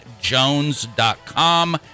jones.com